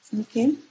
Okay